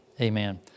amen